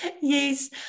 Yes